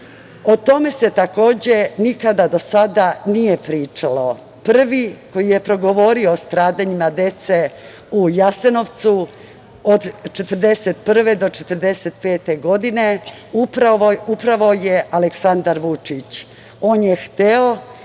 tome se, takođe, nikada do sada nije pričalo. Prvi koji je progovorio o stradanjima dece u Jasenovcu od 1941. do 1945. godine upravo je Aleksandar Vučić. On je hteo